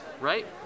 Right